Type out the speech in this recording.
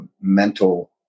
mental